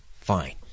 fine